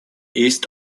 east